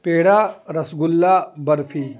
پیڑا rasgulla barfi